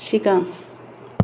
सिगां